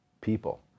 people